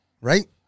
right